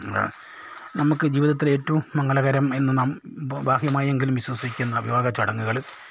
നമുക്ക് ജീവിതത്തിൽ ഏറ്റവും മംഗളകരം എന്ന് നാം ബാഹ്യമായെങ്കിലും വിശ്വസിക്കുന്ന വിവാഹ ചടങ്ങുകൾ